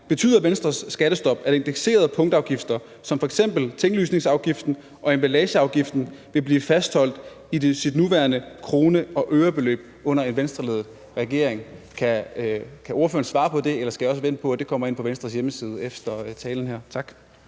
det lidt nærmere – at indekserede punktafgifter som f.eks. tinglysningsafgiften og emballageafgiften vil blive fastholdt i deres nuværende krone- og ørebeløb under en Venstreledet regering? Kan ordføreren svare på det, eller skal jeg også vente på, at det kommer ind på Venstres hjemmeside efter talen her? Tak.